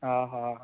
हा हा